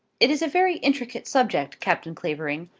it is a very intricate subject, captain clavering,